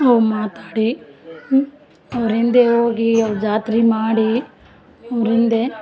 ಅವು ಮಾತಾಡಿ ಅವ್ರ ಹಿಂದೇ ಹೋಗಿ ಅವ್ರು ಜಾತ್ರೆ ಮಾಡಿ ಅವ್ರು ಹಿಂದೇ